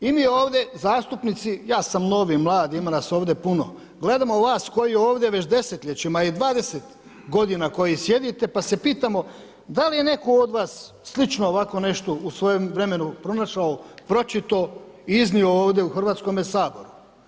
I mi ovdje, zastupnici, ja sam novi, mlad, ima nas ovdje puno, gledamo vas, koji ovdje već desetljećima i 20 g. koji sjedite, pa se pitamo, da li je netko od vas, slično ovako nešto u svojem vremenu pronašao, pročitao i iznio ovdje u Hrvatskome saboru.